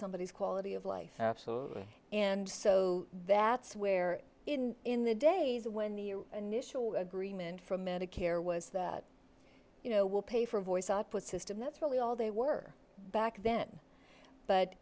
somebody is quality of life absolutely and so that's where in in the days when the initial agreement from medicare was that you know will pay for a voice i put system that's really all they were back then but